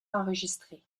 enregistrés